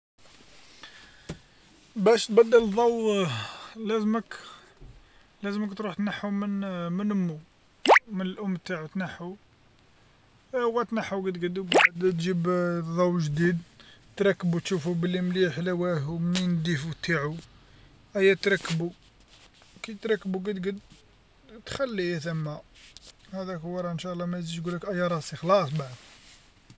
باش تبدل الضو لازمك لازمك تروح تنحو من من مو، من الأم تاعو تنحو، ايوا تنحو قد قد بعد تجيب ضو جديد تركبو تشوفو بلي مليح لواه ومنين ديفو تاعو، ايا تركبو كي تركبو قد قد تخليه ثما هذاك هو راه ان شاء الله ما يزيدش يقول لك ايا راسي خلاص بعد.